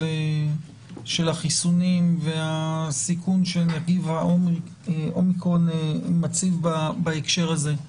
החיסונים ושנגיף האומיקרון מציב בהקשר הזה,